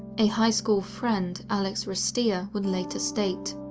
a high-school friend, alex ristea, would later state